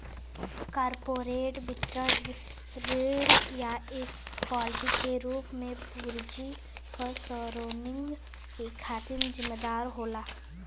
corporate वित्त ऋण या इक्विटी के रूप में पूंजी क सोर्सिंग के खातिर जिम्मेदार होला